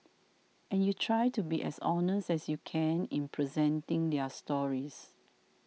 and you try to be as honest as you can in presenting their stories